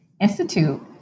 institute